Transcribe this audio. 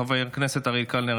חבר הכנסת אריאל קלנר,